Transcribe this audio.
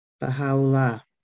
Baha'u'llah